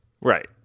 Right